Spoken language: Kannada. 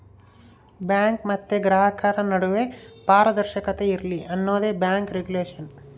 ಬ್ಯಾಂಕ್ ಮತ್ತೆ ಗ್ರಾಹಕರ ನಡುವೆ ಪಾರದರ್ಶಕತೆ ಇರ್ಲಿ ಅನ್ನೋದೇ ಬ್ಯಾಂಕ್ ರಿಗುಲೇಷನ್